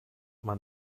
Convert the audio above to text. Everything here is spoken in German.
man